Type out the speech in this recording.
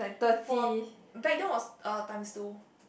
for back then was uh times two